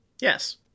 yes